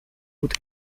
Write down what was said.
would